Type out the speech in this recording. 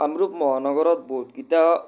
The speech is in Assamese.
কামৰূপ মহানগৰত বহুতকেইটা